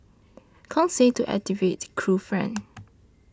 Kong said to activate Chew's friend